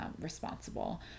responsible